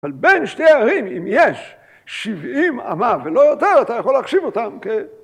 ‫אבל בין שתי הערים, ‫אם יש 70 אמה ולא יותר, ‫אתה יכול להחשיב אותן כ...